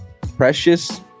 Precious